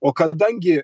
o kadangi